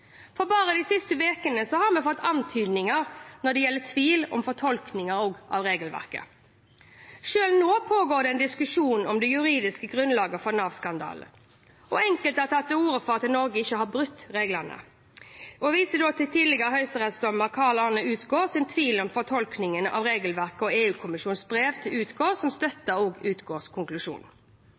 Bare de siste ukene har vi fått antydninger om tvil om fortolkningen av regelverket. Selv nå pågår det en diskusjon om det juridiske grunnlaget for Nav-skandalen. Enkelte har tatt til orde for at Norge ikke har brutt reglene. Jeg vil i den forbindelse vise til tidligere høyesterettsdommer Karl Arne Utgårds tvil om fortolkningen av regelverket og EU-kommisjonens brev til Utgård, som støtter Utgårds konklusjoner. Dersom det skulle vise seg at praktiseringen og